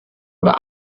oder